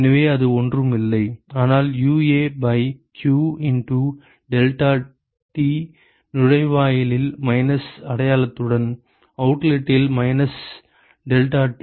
எனவே அது ஒன்றும் இல்லை ஆனால் UA by q into delta T நுழைவாயிலில் மைனஸ் அடையாளத்துடன் அவுட்லெட்டில் மைனஸ் டெல்டாடி